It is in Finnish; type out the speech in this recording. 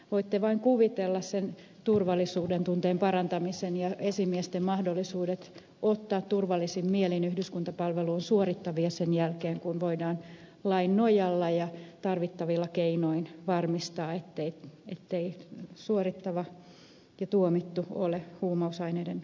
voitte vain kuvitella sen turvallisuudentunteen parantamisen ja esimiesten mahdollisuudet ottaa turvallisin mielin yhdyskuntapalvelun suorittavia sen jälkeen kun voidaan lain nojalla ja tarvittavin keinoin varmistaa ettei yhdyskuntapalvelua suorittava ja tuomittu ole huumausaineiden alainen